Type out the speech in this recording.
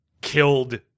killed